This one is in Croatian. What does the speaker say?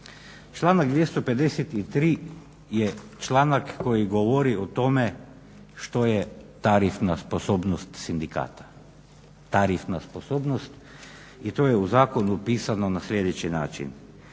Članaka 253. je članak koji govori o tome što je tarifna sposobnost sindikata, tarifna sposobnost i to je u zakonu upisano na sljedeći način: